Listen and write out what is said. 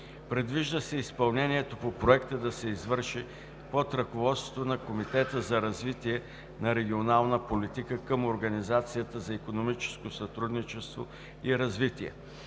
Предвижда се изпълнението по Проекта да се извърши под ръководството на Комитета за развитие на регионалната политика към Организацията за икономическо сътрудничество и развитие.